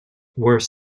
were